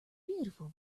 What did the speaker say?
beautiful